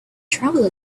travel